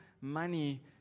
money